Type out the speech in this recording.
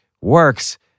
works